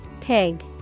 Pig